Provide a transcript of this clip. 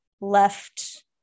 left